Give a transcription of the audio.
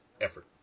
effort